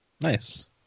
Nice